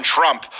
Trump